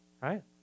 right